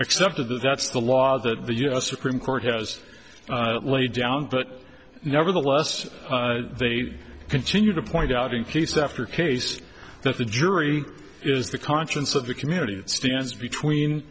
accepted that that's the law that the u s supreme court has laid down but nevertheless they continue to point out in case after case that the jury is the conscience of the community that stands between